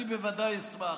אני בוודאי אשמח,